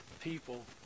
people